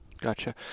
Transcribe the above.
Gotcha